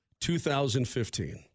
2015